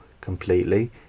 completely